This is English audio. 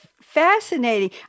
fascinating